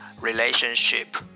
Relationship